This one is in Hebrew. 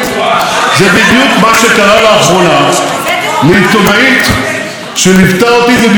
זה בדיוק מה שקרה לאחרונה לעיתונאית שליוותה אותי בביקור בחו"ל.